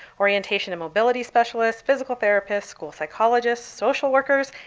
orientation and mobility specialists, physical therapists, school psychologists, social workers,